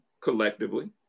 collectively